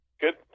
Good